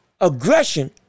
aggression